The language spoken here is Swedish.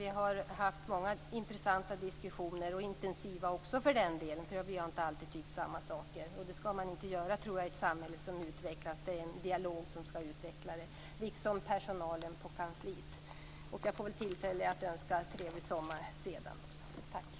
Vi har haft många intressanta och intensiva diskussioner. Vi har inte alltid tyckt samma saker, och det skall man inte heller göra i ett samhälle som utvecklas. Det skall utvecklas genom en dialog. Jag vill också tacka personalen på kansliet. Jag får väl tillfälle att önska trevlig sommar senare.